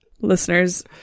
Listeners